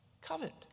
covet